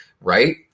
right